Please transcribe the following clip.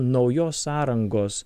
naujos sąrangos